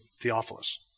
Theophilus